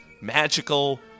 magical